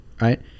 right